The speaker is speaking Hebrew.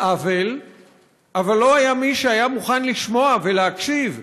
עוול אבל לא היה מי שמוכן לשמוע ולהקשיב,